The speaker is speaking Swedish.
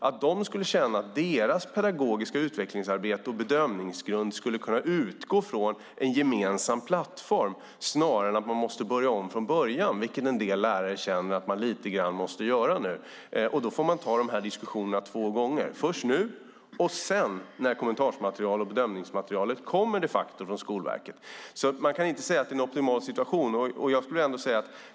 Lärarna ska känna att deras pedagogiska utvecklingsarbete och bedömningsgrund kan utgå från en gemensam plattform snarare än att de ska behöva börja om från början, vilket en del lärare lite grann känner att de måste göra. De får ta dessa diskussioner två gånger, nu och sedan när kommentar och bedömningsmaterialet de facto kommer från Skolverket. Man kan därför inte säga att det är en optimal situation.